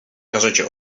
każecie